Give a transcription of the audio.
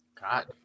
God